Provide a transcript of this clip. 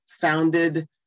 founded